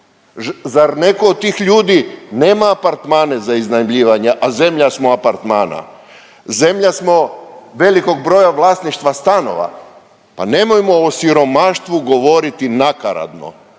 Zar netko od tih ljudi nema apartmane za iznajmljivanje, a zemlja smo apartmana? Zemlja smo velikog broja vlasništva stanova. Pa nemojmo o siromaštvu govoriti nakaradno.